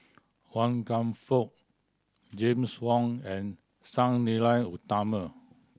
Wan Kam Fook James Wong and Sang Nila Utama